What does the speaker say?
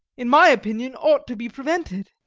in my opinion, ought to be prevented.